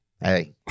Hey